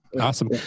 Awesome